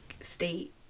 state